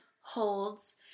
holds